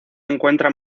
encuentran